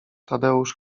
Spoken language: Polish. tadeusz